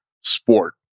sport